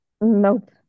Nope